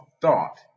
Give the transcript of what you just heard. thought